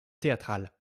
théâtrale